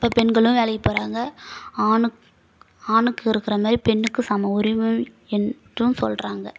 இப்ப பெண்களும் வேலைக்கு போகிறாங்க ஆணுக் ஆணுக்கு இருக்கிற மாரி பெண்ணுக்கும் சம உரிமை இன்றும் சொல்கிறாங்க